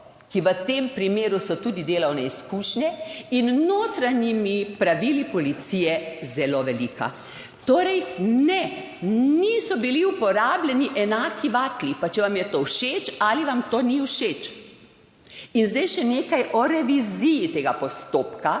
ki v tem primeru so tudi delovne izkušnje in notranjimi pravili policije zelo velika. Torej, ne, niso bili uporabljeni enaki vatli, pa če vam je to všeč ali vam to ni všeč. In zdaj še nekaj o reviziji tega postopka.